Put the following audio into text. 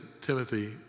Timothy